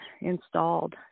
installed